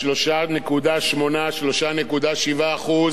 3.7%. הוא יגיע ל-4%.